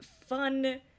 fun